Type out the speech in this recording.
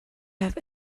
have